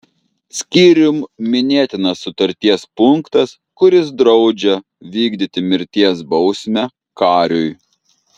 skyrium minėtinas sutarties punktas kuris draudžia vykdyti mirties bausmę kariui